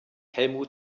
helmut